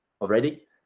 already